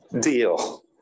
deal